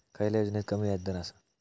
खयल्या योजनेत कमी व्याजदर असता?